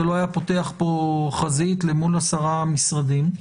זה לא היה פותח כאן חזית אל מול עשרה משרדים.